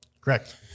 Correct